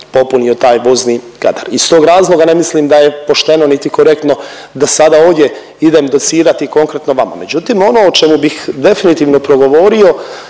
popunio taj vozni kadar. Iz tog razloga ne mislim da je pošteno niti korektno da sada ovdje idem docirati konkretno vama. Međutim ono o čemu bih definitivno progovorio